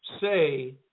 say